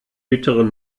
bittere